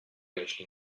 jeśli